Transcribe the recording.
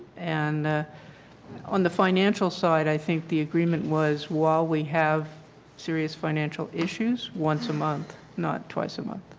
and on the financial side i think the agreement was while we have serious financial issues, once a month, not twice a month.